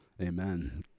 Amen